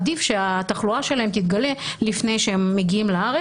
עדיף שהתחלואה שלהם תתגלה לפני שהם מגיעים לארץ.